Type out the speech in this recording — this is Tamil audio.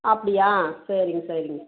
அப்படியா சரிங்க சரிங்க